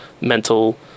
mental